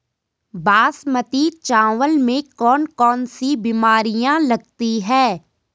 बासमती चावल में कौन कौन सी बीमारियां लगती हैं?